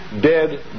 dead